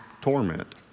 torment